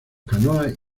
canoas